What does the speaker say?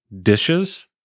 dishes